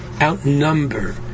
outnumber